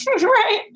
right